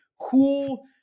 cool